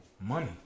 Money